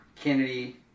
Kennedy